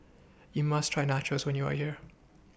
YOU must Try Nachos when YOU Are here